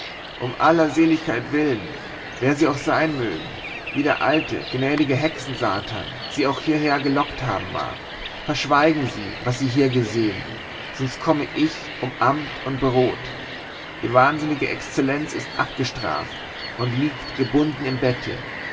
um aller seligkeit willen wer sie auch sein mögen wie der alte gnädige hexensatan sie auch hierher gelockt haben mag verschweigen sie was hier geschehen sonst komme ich um amt und brot die wahnsinnige exzellenz ist abgestraft und liegt gebunden im bette